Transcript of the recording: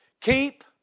Keep